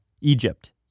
Egypt